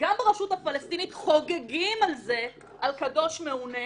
גם ברשות הפלסטינית חוגגים על זה, על קדוש מעונה,